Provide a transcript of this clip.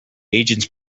agents